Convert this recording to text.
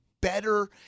better